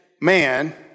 man